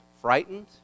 frightened